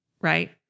Right